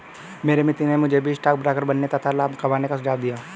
मेरे मित्र ने मुझे भी स्टॉक ब्रोकर बनने तथा लाभ कमाने का सुझाव दिया